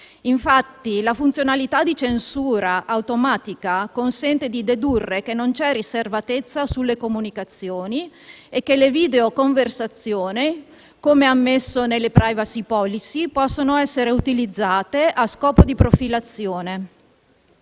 Infatti la funzionalità di censura automatica consente di dedurre che non c'è riservatezza sulle comunicazioni e che le videoconversazioni, come ammesso nelle *privacy policy*, possono essere utilizzate a scopo di profilazione.